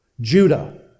Judah